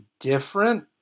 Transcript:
different